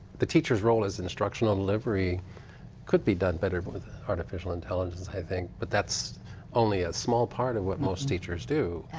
teacher's role is instructional delivery could be done better but with artificial intelligence i think, but that's only a small part of what most teachers do.